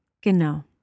genau